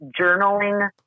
journaling